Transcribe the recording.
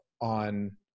on